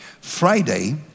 Friday